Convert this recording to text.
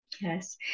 Yes